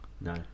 No